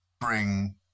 bring